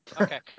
Okay